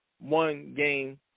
one-game